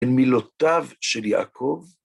במילותיו של יעקב.